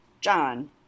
john